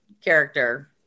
character